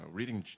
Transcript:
reading